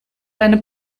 deine